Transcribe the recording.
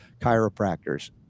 chiropractors